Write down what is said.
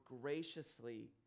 graciously